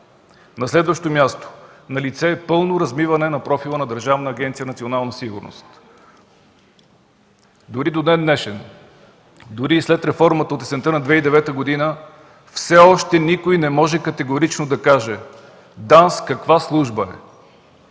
На следващо място, налице е пълно разбиване на профила на Държавна агенция „Национална сигурност”. Дори до ден-днешен, дори и след реформата от есента на 2009 г., все още никой не може категорично да каже ДАНС каква служба е